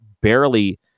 barely